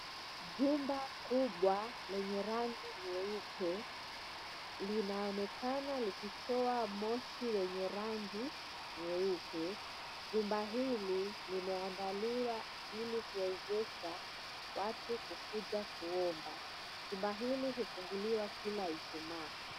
Jumba kubwa lenye rangi nyeupe linaonekana likitoa moshi wenye rangi nyeupe. Jumba hili limeandaliwa ili kuwezesha watu kukuja kuomba. Jumba hili hufunguliwa kila Ijumaa.